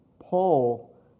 Paul